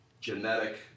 genetic